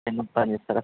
painting పని చేస్తారా